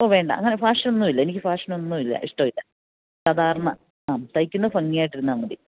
ഓ വേണ്ട അങ്ങനെ ഫാഷനൊന്നുമില്ല എനിക്ക് ഫാഷനൊന്നുമില്ല ഇഷ്ടമില്ല സാധാരണ അ തയ്ക്കുന്നത് ഭംഗിയായിട്ടിരുന്നാല് മതി